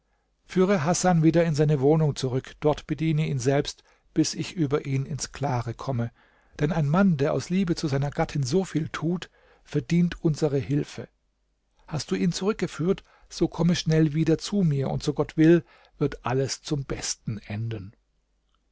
führe hasan wieder in seine wohnung zurück dort bediene ihn selbst bis ich über ihn ins klare komme denn ein mann der aus liebe zu seiner gattin so viel tut verdient unsere hilfe hast du ihn zurückgeführt so komme schnell wieder zu mir und so gott will wird alles zum besten enden